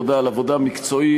תודה על עבודה מקצועית,